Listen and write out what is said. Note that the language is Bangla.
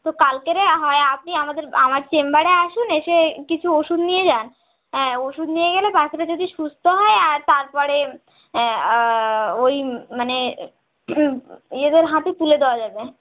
তো কালকেরে হয় আপনি আমাদের আমার চেম্বারে আসুন এসে কিছু ওষুধ নিয়ে যান ওষুধ নিয়ে গিয়ে গেলে পাখিটা যদি সুস্থ হয় আর তারপরে ওই মানে ইয়েদের হাতে তুলে দেওয়া যাবে